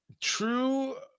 True